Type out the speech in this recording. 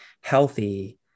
healthy